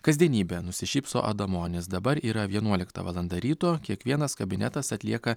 kasdienybė nusišypso adamonis dabar yra vienuolikta valanda ryto kiekvienas kabinetas atlieka